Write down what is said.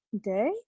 day